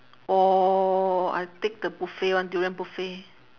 !whoa! I take the buffet [one] durian buffet